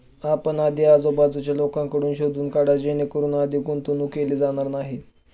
आपण आधी आजूबाजूच्या लोकांकडून शोधून काढा जेणेकरून अधिक गुंतवणूक केली जाणार नाही